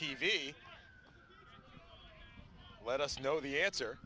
t v let us know the answer